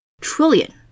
Trillion